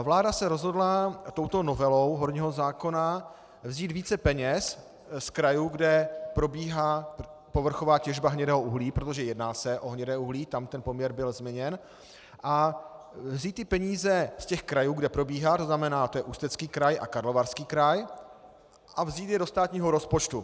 Vláda se rozhodla touto novelou horního zákona vzít více peněz z krajů, kde probíhá povrchová těžba hnědého uhlí, protože se jedná o hnědé uhlí, tam ten poměr byl změněn, a vzít ty peníze z krajů, kde probíhá, to znamená Ústecký kraj a Karlovarský kraj, a vzít je do státního rozpočtu.